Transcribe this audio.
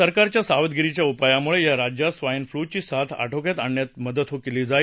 सरकारच्या सावधगिरीच्या उपायांमुळे या राज्यात स्वाईन फ्लूची साथ आटोक्यात आणण्यात मदत झाली होती